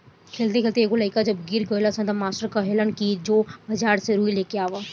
खेलते खेलते एगो लइका जब गिर गइलस त मास्टर कहलन कि जो बाजार से रुई लेके आवा